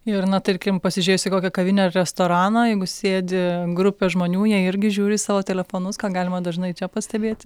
ir na tarkim pasižiūrėjus į kokią kavinę ar restoraną jeigu sėdi grupė žmonių jie irgi žiūri į savo telefonus ką galima dažnai čia pastebėti